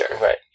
right